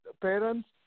parents